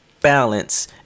balance